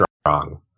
strong